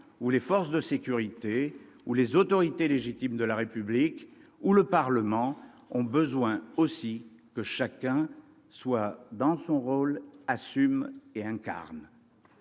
où les forces de sécurité, les autorités légitimes de la République, le Parlement ont besoin que chacun soit dans son rôle, assume et incarne.